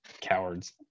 Cowards